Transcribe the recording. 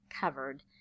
covered